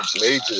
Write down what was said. major